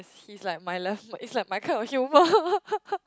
he's like my les~ it's like my kind of humor